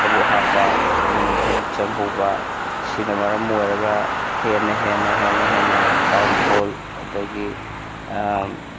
ꯊꯕꯛ ꯍꯥꯞꯄ ꯊꯕꯛ ꯆꯪꯍꯧꯕ ꯁꯤꯅ ꯃꯔꯝ ꯑꯣꯏꯔꯒ ꯍꯦꯟꯅ ꯍꯦꯟꯅ ꯍꯦꯟꯅ ꯍꯦꯟꯅ ꯗꯥꯎꯟꯐꯣꯜ ꯑꯗꯒꯤ